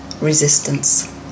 resistance